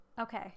Okay